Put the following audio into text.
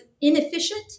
inefficient